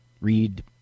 read